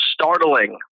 startling